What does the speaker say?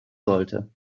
sollte